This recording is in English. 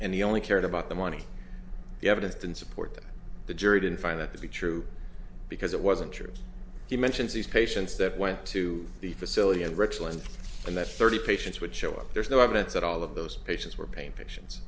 and the only cared about the money the evidence didn't support that the jury didn't find that to be true because it wasn't true he mentions these patients that went to the facility and richland and that's thirty patients would show up there is no evidence at all of those patients were pain patients